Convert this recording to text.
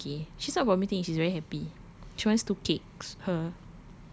ya she's okay she stops vomitting she's very happy she wants two cake her